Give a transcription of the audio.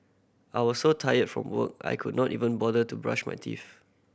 I was so tired from work I could not even bother to brush my teeth